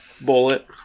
Bullet